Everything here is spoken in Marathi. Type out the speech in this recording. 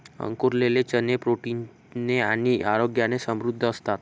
अंकुरलेले चणे प्रोटीन ने आणि आरोग्याने समृद्ध असतात